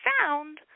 found